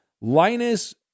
Linus